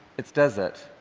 it's desert.